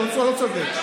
אתה לא צודק.